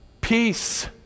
peace